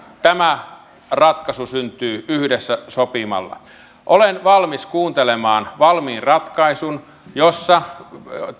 tämä ratkaisu syntyy yhdessä sopimalla olen valmis kuuntelemaan valmiin ratkaisun jossa